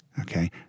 Okay